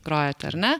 grojat ar ne